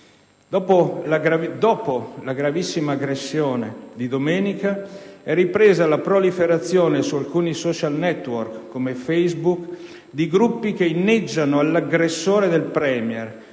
Dopo la gravissima aggressione di domenica è ripresa la proliferazione su alcuni *social network* come «Facebook» di gruppi che inneggiano all'aggressione del Premier